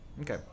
Okay